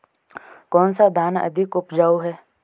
कौन सा धान अधिक उपजाऊ है?